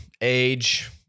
age